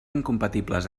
incompatibles